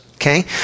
Okay